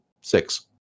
six